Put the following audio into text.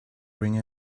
ring